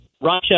Russia